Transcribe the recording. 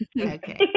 Okay